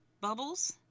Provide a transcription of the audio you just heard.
Bubbles